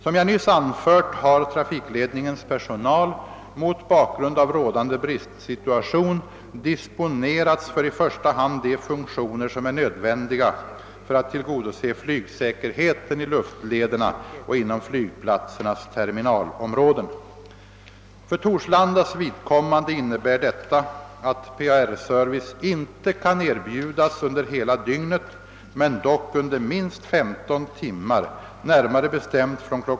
Som jag nyss anfört har trafikledningens personal mot bakgrund av rådande bristsituation disponerats för i första hand de funktioner som är nödvändiga för att tillgodose flygsäkerheten i luftlederna och inom flygplatsernas terminalområden. För Torsiandas vidkommande innebär detta, att PAR-service inte kan erbjudas under hela dygnet men dock under minst 15 timmar, närmare bestämt från kl.